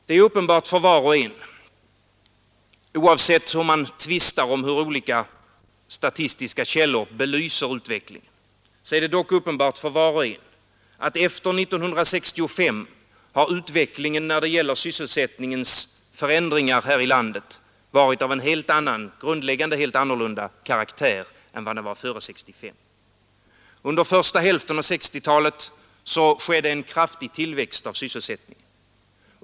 Det är uppenbart för var och en oavsett hur man tvistar om hur olika statistiska källor belyser utvecklingen, att efter 1965 utvecklingen när det gäller sysselsättningens förändringar här i landet varit av en helt annan karaktär än vad den var före 1965. Under första hälften av 1960-talet skedde en kraftig tillväxt av sysselsättningen.